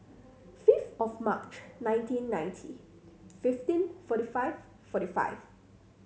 fifth of March nineteen ninety fifteen forty five forty five